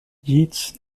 yeats